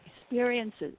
experiences